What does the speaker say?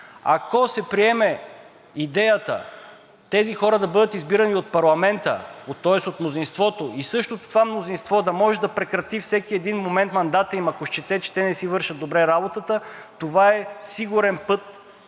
Ако се приеме идеята тези хора да бъдат избирани от парламента, тоест от мнозинството и същото това мнозинство да може да прекрати във всеки един момент мандата им, ако счете, че те не си вършат добре работата, това е сигурен път